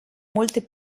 molte